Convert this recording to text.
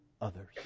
others